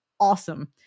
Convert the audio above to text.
awesome